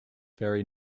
ferry